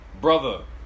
Brother